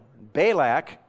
Balak